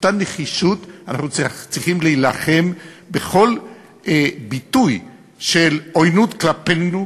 באותה נחישות אנחנו צריכים להילחם בכל ביטוי של עוינות כלפינו,